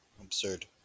Absurd